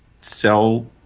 sell